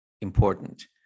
important